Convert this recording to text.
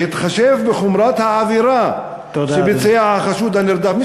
בהתחשב בחומרת העבירה שביצע החשוד הנרדף,